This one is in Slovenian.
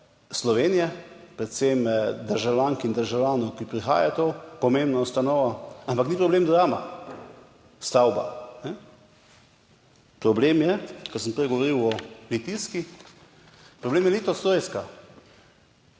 Slovenije, predvsem državljank in državljanov, ki prihajajo v to pomembno ustanovo, ampak ni problem Drama, stavba, problem je, ko sem prej govoril o litijski, problem je Litostrojska.